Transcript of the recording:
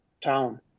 town